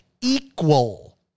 equal